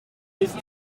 ist